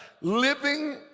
living